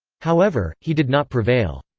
however, he did not prevail.